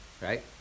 Right